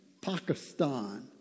Pakistan